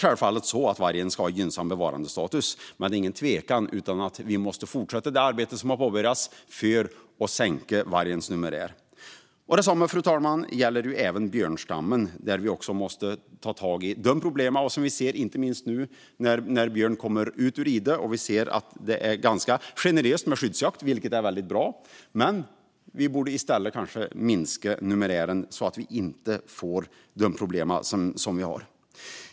Självfallet ska vargen ha gynnsam bevarandestatus, men det är ingen tvekan om att vi måste fortsätta det arbete som har påbörjats för att sänka vargens numerär. Detsamma, fru talman, gäller björnstammen. Även där måste vi ta tag i de problem som vi ser, inte minst nu när björnen kommer ut ur idet. Det är ganska generöst med skyddsjakt, vilket är väldigt bra, men vi borde kanske minska numerären så att vi inte får så stora problem som vi har nu.